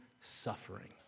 suffering